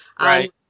Right